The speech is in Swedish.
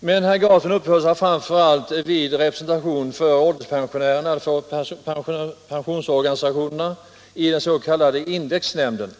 Men herr Gahrton uppehåller sig framför allt vid representationen för ålderspensionärerna i den s.k. indexnämnden.